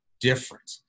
different